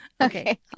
okay